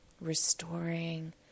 restoring